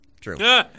True